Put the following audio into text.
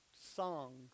songs